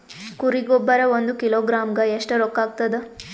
ಕುರಿ ಗೊಬ್ಬರ ಒಂದು ಕಿಲೋಗ್ರಾಂ ಗ ಎಷ್ಟ ರೂಕ್ಕಾಗ್ತದ?